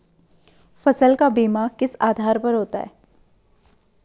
फसल का बीमा किस आधार पर होता है?